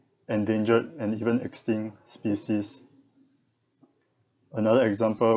endangered and even extinct species another example